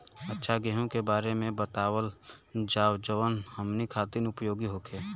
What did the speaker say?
अच्छा गेहूँ के बारे में बतावल जाजवन हमनी ख़ातिर उपयोगी होखे?